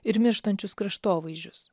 ir mirštančius kraštovaizdžius